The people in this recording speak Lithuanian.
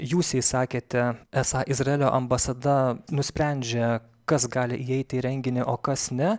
jūs jai sakėte esą izraelio ambasada nusprendžia kas gali įeiti į renginį o kas ne